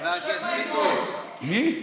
חבר הכנסת פינדרוס, מי?